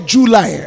July